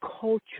culture